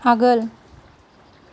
आगोल